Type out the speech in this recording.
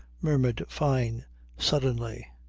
murmured fyne suddenly.